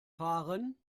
fahren